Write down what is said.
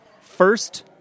first